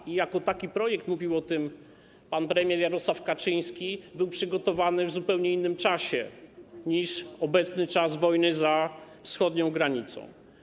Projekt jako taki, mówił o tym pan premier Jarosław Kaczyński, był przygotowany w zupełnie innym czasie niż obecny czas wojny za wschodnią granicą.